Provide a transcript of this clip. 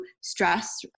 stress